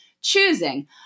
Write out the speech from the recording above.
choosing